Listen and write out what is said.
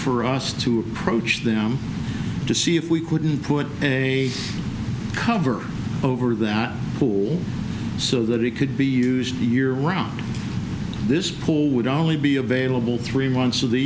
for us to approach them to see if we couldn't put a cover over that pool so that it could be used year round this pool would only be available three months of the